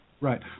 Right